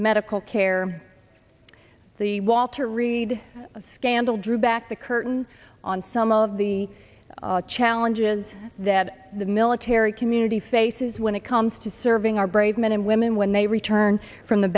medical care the walter reed scandal drew back the curtain on some of the challenges that the military community faces when it comes to serving our brave men and women when they return from the